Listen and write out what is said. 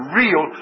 real